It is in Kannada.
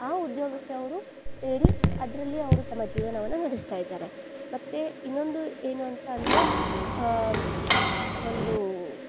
ಆ ಉದ್ಯೋಗಕ್ಕೆ ಅವರು ಸೇರಿ ಅದರಲ್ಲಿ ಅವರು ತಮ್ಮ ಜೀವನವನ್ನು ನಡೆಸ್ತಾಯಿದ್ದಾರೆ ಮತ್ತು ಇನ್ನೊಂದು ಏನು ಅಂತ ಅಂದರೆ ಒಂದು